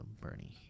Bernie